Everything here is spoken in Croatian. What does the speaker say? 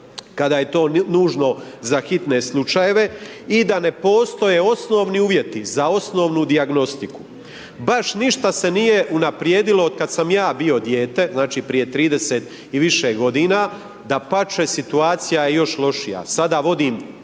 kada je to nužno za hitne slučajeve i da ne postoje osnovni uvjeti za osnovnu dijagnostiku. Baš ništa se nije unaprijedilo otkad sam ja bio dijete, znači, prije 30 i više godina, dapače, situacija je još lošija, sada vodim